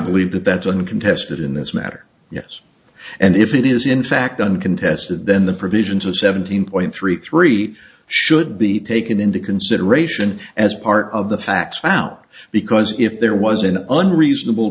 believe that that's uncontested in this matter yes and if it is in fact uncontested then the provisions of seventeen point three three should be taken into consideration as part of the facts found out because if there was an unreasonable